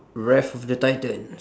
wrath of the titans